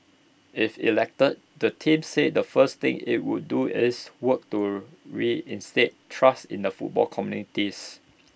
if elected the team said the first thing IT would do is work to reinstate trust in the football communities